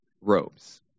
robes